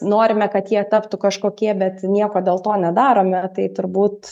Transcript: norime kad jie taptų kažkokie bet nieko dėl to nedarome tai turbūt